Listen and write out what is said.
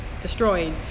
destroyed